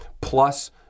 plus